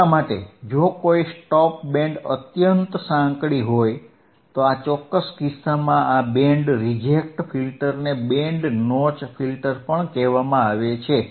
એટલા માટે જો કોઈ સ્ટોપ બેન્ડ અત્યંત સાંકડી હોય તો આ ચોક્કસ કિસ્સામાં આ બેન્ડ રિજેક્ટ ફિલ્ટરને બેન્ડ નોચ ફિલ્ટર પણ કહેવામાં આવે છે